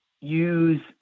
use